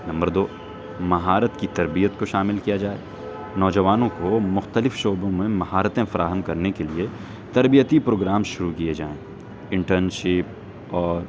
number دو مہارت کی تربیت کو شامل کیا جائے نوجوانوں کو مختلف شعبوں میں مہارتیں فراہم کرنے کے تربیتی پروگرام شروع کیے جائیں انٹرنشپ اور